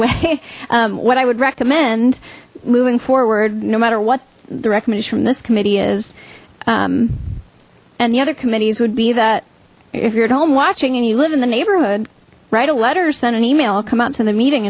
way what i would recommend moving forward no matter what the recommend is from this committee is and the other committees would be that if you're at home watching and you live in the neighborhood write a letter send an email come out to the meeting